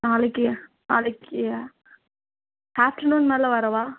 நாளைக்குயா நாளைக்குயா ஆஃப்டர்நூன் மேலே வரவா